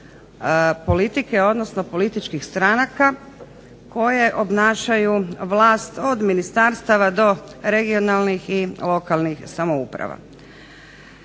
politike, odnosno političkih stranaka koje obnašaju vlast od ministarstava do regionalnih i lokalnih samouprava.